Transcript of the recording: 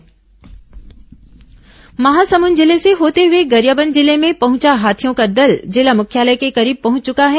गरियाबंद हाथी दल महासमुंद जिले से होते हुए गरियाबंद जिले में पहंचा हाथियों का दल जिला मुख्यालय के करीब पहंच चुका है